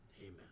amen